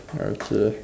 okay